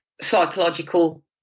psychological